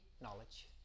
Knowledge